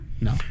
No